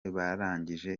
barangije